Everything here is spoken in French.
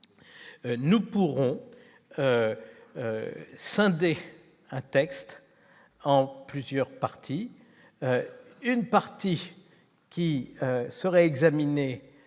nous pourrons scinder un texte en plusieurs parties, une partie qui sera examiné